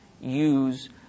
use